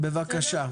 בבקשה.